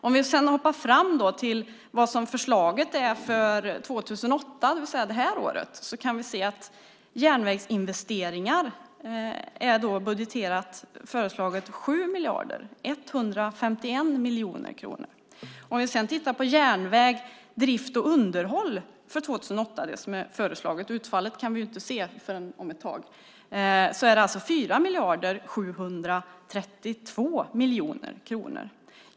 Om vi sedan hoppar fram till förslaget för 2008, det vill säga detta år, kan vi se att järnvägsinvesteringar är budgeterade till 7 151 miljoner kro-nor. Drift och underhåll för järnväg 2008 är det som är föreslaget alltså 4 732 miljoner kronor. Utfallet kan vi inte se förrän om ett tag.